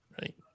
right